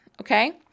okay